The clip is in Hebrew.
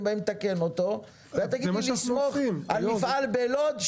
באים לתקן אותו ואל תגיד לי לסמוך על מפעל בלוד,